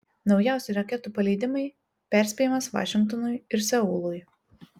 naujausi raketų paleidimai perspėjimas vašingtonui ir seului